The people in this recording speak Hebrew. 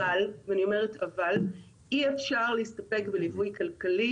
אבל אי אפשר להסתפק בליווי כלכלי.